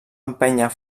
empènyer